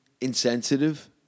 Insensitive